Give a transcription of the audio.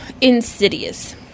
Insidious